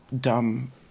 dumb